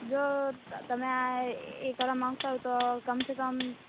જો તમે આ એ કરવા માંગતા હોય તો કમસે કમ